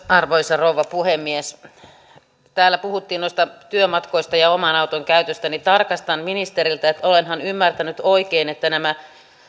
arvoisa rouva puhemies kun täällä puhuttiin noista työmatkoista ja oman auton käytöstä niin tarkastan ministeriltä että olenhan ymmärtänyt oikein että nämä